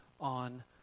on